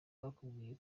bakubwiye